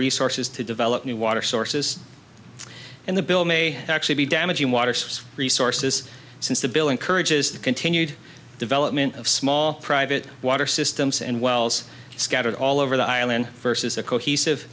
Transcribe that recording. resources to develop new water sources and the bill may actually be damaging water source resources since the bill encourages the continued development of small private water systems and wells scattered all over the island versus a cohesive